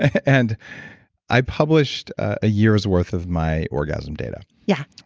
and i published a year's worth of my orgasm data. yeah.